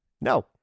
No